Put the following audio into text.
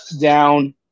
down